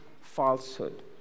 falsehood